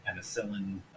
penicillin